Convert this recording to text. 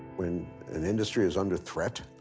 when an industry is under threat,